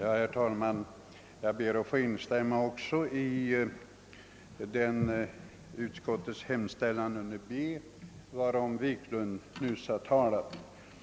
Herr talman! Även jag ber att få instämma i yrkandet om bifall till reservationen vid utskottets hemställan under B, vilken reservation herr Wiklund i Stockholm nyss har talat